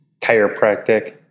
chiropractic